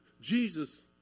Jesus